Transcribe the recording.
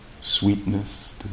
sweetness